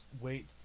wait